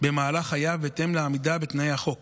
במהלך חייו בהתאם לעמידה בתנאי החוק,